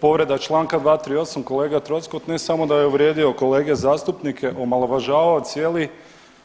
Povreda Članka 238., kolega Troskot ne samo da je uvrijedio kolege zastupnike, omalovažavao cijeli